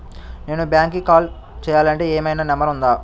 నేను బ్యాంక్కి కాల్ చేయాలంటే ఏమయినా నంబర్ ఉందా?